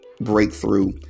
breakthrough